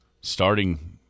Starting